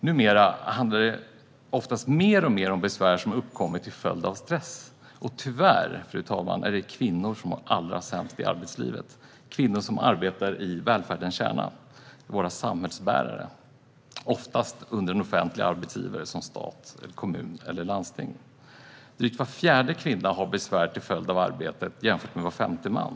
Numera handlar det oftast mer och mer om besvär som uppkommer till följd av stress. Tyvärr, fru talman, är det kvinnor som mår allra sämst i arbetslivet. Det är våra samhällsbärare: kvinnor som arbetar i välfärdens kärna, oftast under en offentlig arbetsgivare som stat, kommun eller landsting. Drygt var fjärde kvinna har besvär till följd av arbetet jämfört med var femte man.